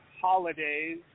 holidays